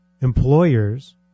employers